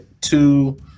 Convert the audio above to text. two